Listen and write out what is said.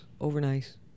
overnight